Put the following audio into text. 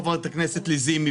חברת הכנסת לזימי,